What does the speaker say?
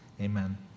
Amen